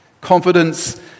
Confidence